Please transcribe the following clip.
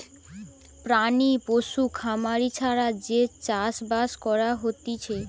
প্রাণী পশু খামারি ছাড়া যে চাষ বাস করা হতিছে